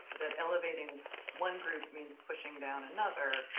that elevating one group means pushing down another,